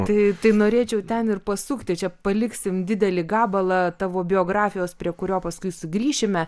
tai tai norėčiau ten ir pasukti čia paliksime didelį gabalą tavo biografijos prie kurio paskui sugrįšime